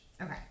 Okay